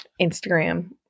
Instagram